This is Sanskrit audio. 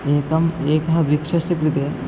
एकम् एकः वृक्षस्य कृते